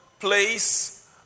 place